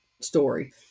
story